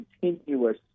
continuous